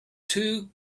too